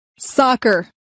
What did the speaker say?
Soccer